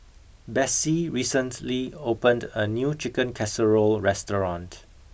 Bessie recently opened a new chicken casserole restaurant